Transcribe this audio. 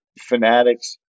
fanatics